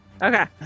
Okay